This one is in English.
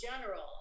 general